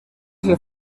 ser